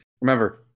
remember